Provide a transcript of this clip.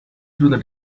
through